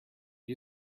you